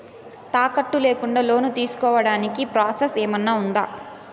తాకట్టు లేకుండా లోను తీసుకోడానికి ప్రాసెస్ ఏమన్నా ఉందా?